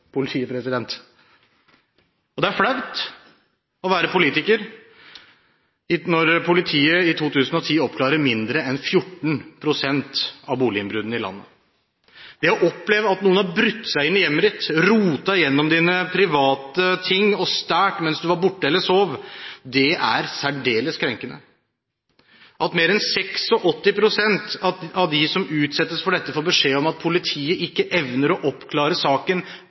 politiet! Det er flaut å være politiker når politiet i 2010 oppklarte mindre enn 14 pst. av boliginnbruddene i landet. Det å oppleve at noen har brutt seg inn i hjemmet ditt, rotet gjennom dine private ting og stjålet mens du var borte eller sov, er særdeles krenkende. At mer enn 86 pst. av dem som utsettes for dette, får beskjed om at politiet ikke evner å oppklare saken,